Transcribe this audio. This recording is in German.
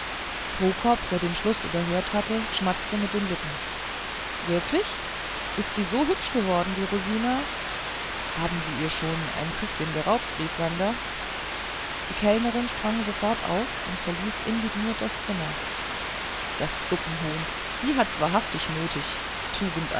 prokop der den schluß überhört hatte schmatzte mit den lippen wirklich ist sie so hübsch geworden die rosina haben sie ihr schon ein küßchen geraubt vrieslander die kellnerin sprang sofort auf und verließ indigniert das zimmer das suppenhuhn die hat's wahrhaftig nötig